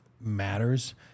matters